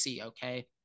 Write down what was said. okay